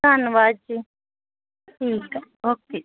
ਧੰਨਵਾਦ ਜੀ ਠੀਕ ਹੈ ਓਕੇ